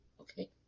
Okay